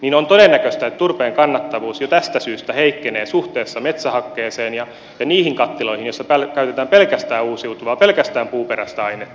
on todennäköistä että turpeen kannattavuus jo tästä syystä heikkenee suhteessa metsähakkeeseen ja niihin kattiloihin joissa käytetään pelkästään uusiutuvaa pelkästään puuperäistä ainetta